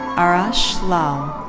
arush lal.